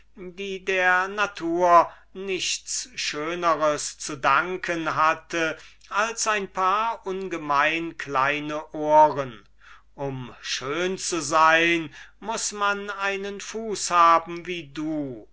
die der natur nichts schönes zu danken hatte als ein paar überaus kleine ohren man muß einen fuß haben wie du